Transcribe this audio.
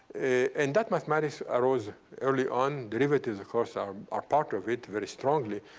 and that mathematics arose early on. derivatives, of course, are are part of it very strongly.